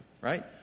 Right